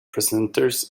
presenters